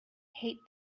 hate